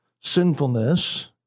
sinfulness